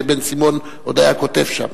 כשבן-סימון עוד היה כותב שם.